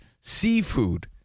seafood